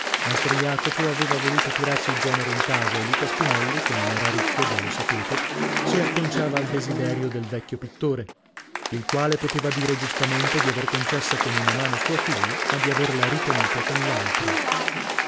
mastro jacopo aveva voluto tirarsi il genero in casa e luca spinelli che non era ricco già lo sapete si acconciava al desiderio del vecchio pittore il quale poteva dire giustamente di aver concessa con una mano sua figlia ma di averla ritenuta con l'altra